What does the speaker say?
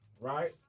right